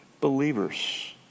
believers